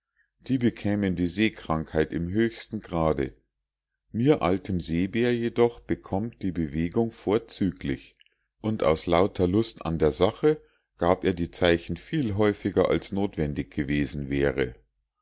die bekämen die seekrankheit im höchsten grade mir altem seebär jedoch bekommt die bewegung vorzüglich und aus lauter lust an der sache gab er die zeichen viel häufiger als notwendig gewesen wäre